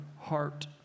heart